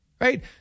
right